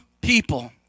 people